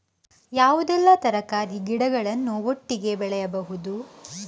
ಯಾವುದೆಲ್ಲ ತರಕಾರಿ ಗಿಡಗಳನ್ನು ಒಟ್ಟಿಗೆ ಬೆಳಿಬಹುದು?